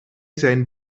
zijn